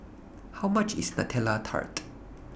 How much IS Nutella Tart